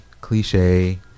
cliche